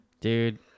Dude